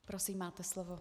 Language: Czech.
Prosím, máte slovo.